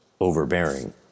overbearing